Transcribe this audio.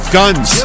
guns